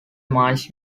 miles